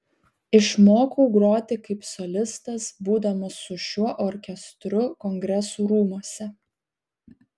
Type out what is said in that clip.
išmokau groti kaip solistas būdamas su šiuo orkestru kongresų rūmuose